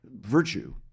virtue